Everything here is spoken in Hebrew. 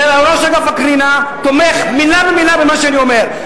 וראש אגף הקרינה תומך מלה במלה במה שאני אומר.